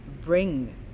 bring